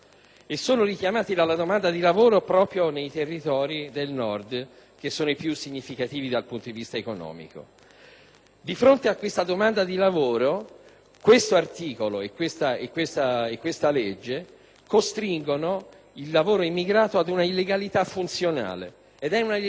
Di fronte a questa domanda di lavoro, questo articolo e questa legge costringono il lavoro degli immigrati a una illegalità funzionale. Si tratta di un'illegalità funzionale in senso perverso nell'economia, perché indebolisce l'offerta e la mantiene nell'illegalità.